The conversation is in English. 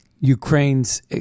Ukraine's